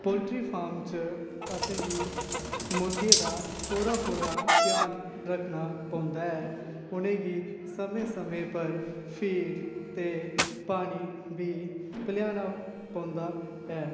poultry farm च असेंगी मुर्गे दा पूरा पूरा ध्यान रक्खना पौंदा ऐ उनेंगी समें समें पर फीड ते पानी बी पलैना पौंदा ऐ